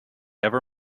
ever